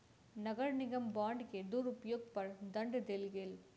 नगर निगम बांड के दुरूपयोग पर दंड देल गेल